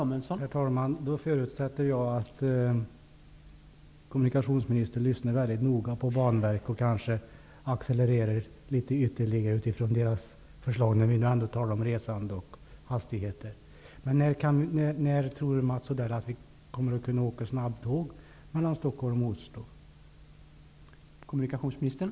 Herr talman! Jag förutsätter att kommunikationsministern då lyssnar mycket noga på Banverket och kanske accelerar litet ytterligare i förhållande till dess förslag när det gäller antalet resande och hastigheter. När tror Mats Odell att vi kommer att kunna åka snabbtåg mellan Stockholm och Oslo?